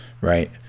right